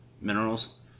minerals